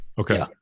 Okay